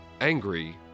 angry